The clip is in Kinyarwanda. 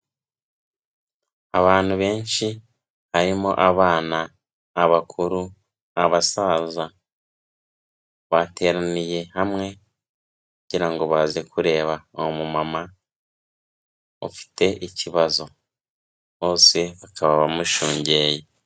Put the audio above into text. Abantu benshi harimo abana, abakuru, abasaza, bateraniye hamwe kugira ngo baze kureba umumama ufite ikibazo, bose bakaba bamushungeye.